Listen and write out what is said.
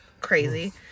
Crazy